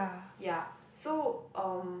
ya so um